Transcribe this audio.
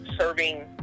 serving